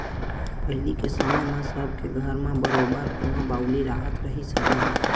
पहिली के समे म सब के घर म बरोबर कुँआ बावली राहत रिहिस हवय